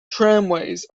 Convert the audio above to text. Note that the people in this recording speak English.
tramways